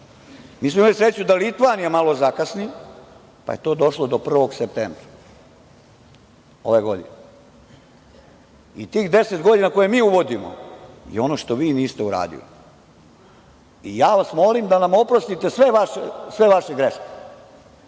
Mi smo imali sreću da Litvanija malo zakasni, pa je to došlo do 1. septembra ove godine. I tih 10 godina koje mi uvodimo je ono što vi niste uradili. Molim vas da nam oprostite sve vaše greške.S